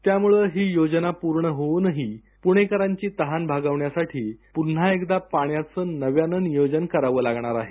त्यामुळे ही योजना पूर्ण होऊनही पुणेकरांची तहान भागवण्यासाठी पुन्हा एकदा पाण्याचं नव्यानं नियोजन करावं लागणार आहे